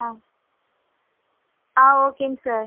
ஆ ஆ ஓகேங்க சார்